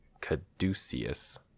caduceus